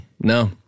No